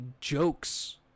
jokes